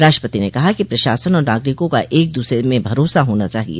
राष्ट्रपति ने कहा कि प्रशासन और नागरिकों का एक दूसरे में भरोसा होना चाहिए